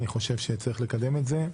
אני חוב שצריך לקדם את זה.